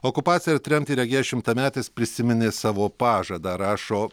okupaciją ir tremtį regėjęs šimtametis prisiminė savo pažadą rašo